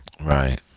Right